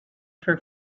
for